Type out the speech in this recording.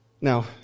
Now